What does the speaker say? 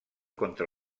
contra